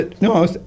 No